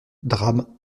drame